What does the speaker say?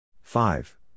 five